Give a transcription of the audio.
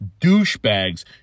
douchebags